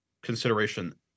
consideration